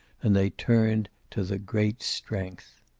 and they turned to the great strength.